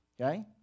Okay